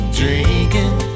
drinking